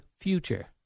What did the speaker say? future